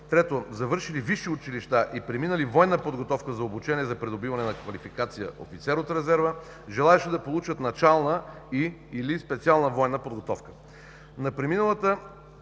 3. завършили висши училища и преминали военна подготовка за обучение за придобиване на квалификация офицер от резерва, желаещи да получат начална и/или специална военна подготовка“. На преминалите